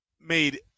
made